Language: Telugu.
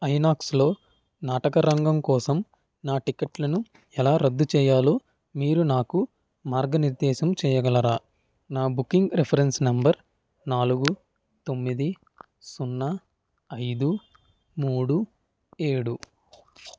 ఐనాక్స్లో నాటకరంగం కోసం నా టిక్కెట్లను ఎలా రద్దు చెయ్యాలో మీరు నాకు మార్గనిర్దేశం చెయ్యగలరా నా బుకింగ్ రిఫరెన్స్ నంబర్ నాలుగు తొమ్మిది సున్నా ఐదు మూడు ఏడు